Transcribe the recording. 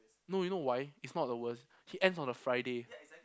no you know why it's not the worst he ends on a Friday